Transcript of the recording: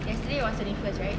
yesterday was twenty first right